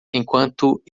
enquanto